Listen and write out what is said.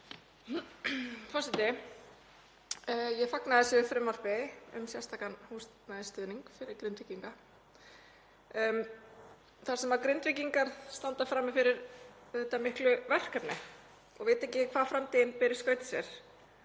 Forseti. Ég fagna þessu frumvarpi um sérstakan húsnæðisstuðning fyrir Grindvíkinga þar sem Grindvíkingar standa frammi fyrir miklu verkefni og vita ekki hvað framtíðin ber í skauti sér